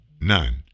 none